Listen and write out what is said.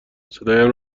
صدایم